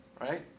right